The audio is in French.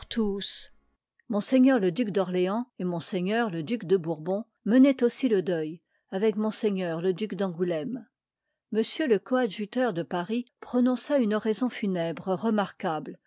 m le duc d'orléans et mf le duc de bourbon menoient aussi le deuil avec ms le duc d'angouléme ms le coadjuteur de paris prononça une oraison funèbre remarquable